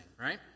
right